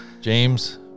James